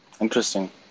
Interesting